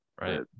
Right